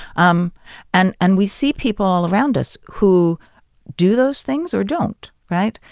um and and we see people all around us who do those things or don't, right?